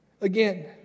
again